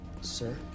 Sir